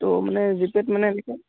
ত' মানে জিপে'ত মানে এনেকৈ